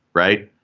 right?